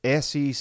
SEC